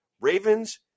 ravens